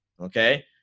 Okay